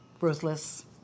ruthless